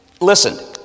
listen